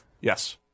Yes